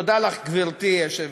תודה לך, גברתי היושבת-ראש.